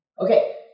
Okay